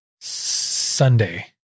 Sunday